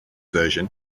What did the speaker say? version